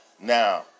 Now